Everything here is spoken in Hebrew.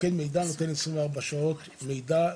מוקד המידע נותן מידע של 24 שעות למשפחה.